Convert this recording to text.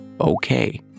Okay